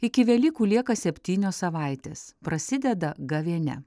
iki velykų lieka septynios savaitės prasideda gavėnia